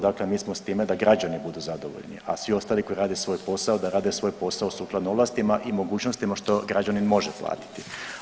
Dakle, mi smo s time da građani budu zadovoljni, a svi ostali koji rade svoj posao da rade svoj posao sukladno ovlastima i mogućnostima što građanin može platiti.